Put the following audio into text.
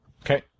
Okay